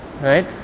Right